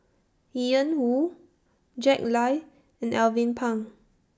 Ian Woo Jack Lai and Alvin Pang